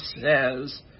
says